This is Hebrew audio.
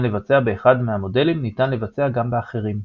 לבצע באחד מהמודלים ניתן לבצע גם באחרים.